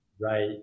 Right